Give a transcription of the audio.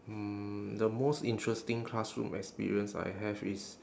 mm the most interesting classroom experience I have is